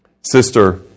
sister